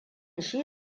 shi